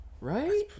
Right